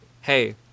Hey